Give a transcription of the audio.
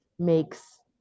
Makes